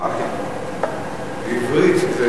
מיראת שמים.